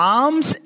arms